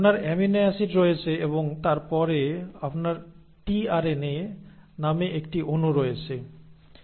আপনার amino acid রয়েছে এবং তারপরে আপনার টিআরএনএ নামে একটি অণু রয়েছে